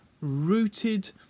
rooted